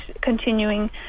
continuing